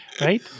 right